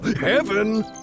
Heaven